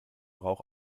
rauch